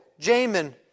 Jamin